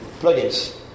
plugins